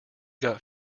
got